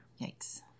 Yikes